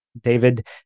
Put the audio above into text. David